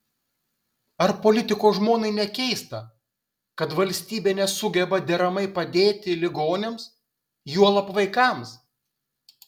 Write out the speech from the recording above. ar politiko žmonai nekeista kad valstybė nesugeba deramai padėti ligoniams juolab vaikams